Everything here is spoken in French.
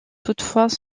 toutefois